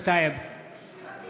נגד